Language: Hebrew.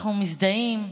אנחנו מזדהים,